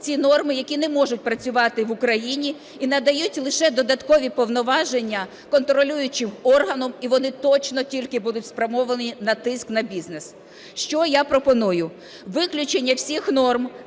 Ці норми, які не можуть працювати в Україні і надають лише додаткові повноваження контролюючим органам, і вони точно тільки будуть спрямовані на тиск на бізнес. Що я пропоную. Виключення всіх норм,